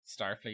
Starfleet